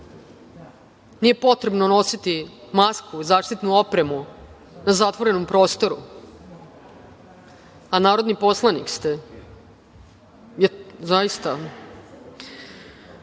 nije potrebno nositi masku, zaštitnu opremu u zatvorenom prostoru, a narodni poslanik ste. Postoje